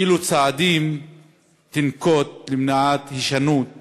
3. אילו צעדים תנקוט למניעת הישנות